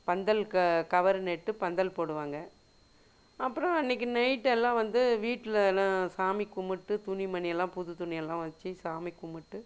பந்தல்க்க cover நட்டு பந்தல் போடுவாங்க அப்புறோம் அன்னிக்கு நைட் எல்லாம் வந்து வீட்டில் எல்லாம் சாமி கும்பிட்டு துணி மணியெல்லாம் புது துணியெல்லாம் வச்சி சாமி கும்பிட்டு